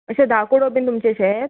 अशें धा कुडो बीन तुमचें शेत